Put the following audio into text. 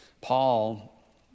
Paul